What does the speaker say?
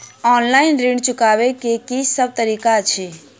Online ऋण चुकाबै केँ की सब तरीका अछि?